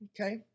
Okay